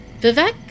Vivek